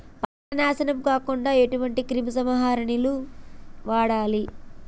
పంట నాశనం కాకుండా ఎటువంటి క్రిమి సంహారిణిలు వాడాలి?